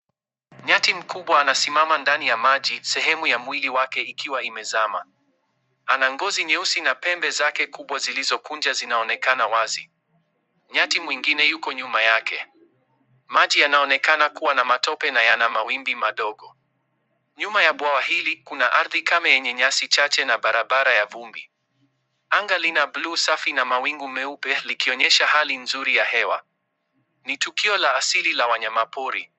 Nyati mkubwa anasimama ndani ya maji sehemu ya mwili wake ikiwa imezama. Ana ngozi nyeusi na pembe zake kubwa zilizokunja zinaonekana wazi. Nyati mwingine yuko nyuma yake. Maji yanaonekana kuwa na matope na yana mawimbi madogo. Nyuma ya bwawa hili kuna ardhi kama yenye nyasi chache na barabara ya vumbi. Anga lina bluu safi na mawingu meupe likionyesha hali nzuri ya hewa. Ni tukio la asili la wanyamapori.